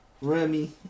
Remy